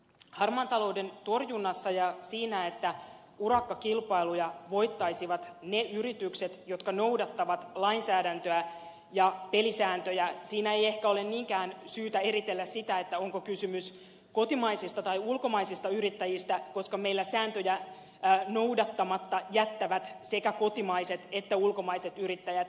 harmaan talouden torjunnassa ja siinä että urakkakilpailuja voittaisivat ne yritykset jotka noudattavat lainsäädäntöä ja pelisääntöjä ei ehkä ole niinkään syytä eritellä sitä onko kysymys kotimaisista tai ulkomaisista yrittäjistä koska meillä sääntöjä noudattamatta jättävät sekä kotimaiset että ulkomaiset yrittäjät